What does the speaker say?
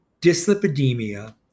dyslipidemia